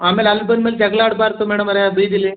ಆಮೇಲೆ ಅಲ್ಲಿ ಬಂದ್ಮೇಲೆ ಜಗಳ ಆಡಬಾರ್ದು ಮೇಡಮವ್ರೇ ಬೀದೀಲಿ